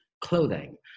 clothing